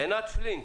עינת פלינט,